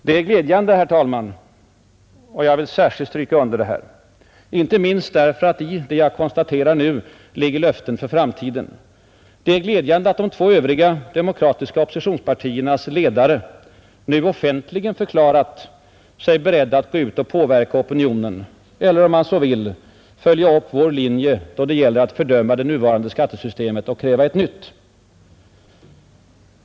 Det är glädjande, herr talman — jag vill särskilt stryka under det, inte minst därför att i det jag konstaterar nu ligger löften för framtiden — att de två övriga demokratiska oppositionspartiernas ledare nu offentligen har förklarat sig beredda att gå ut och påverka opinionen eller, om man så vill, följa upp vår linje då det gäller att fördöma det nuvarande skattesystemet och kräva ett nytt.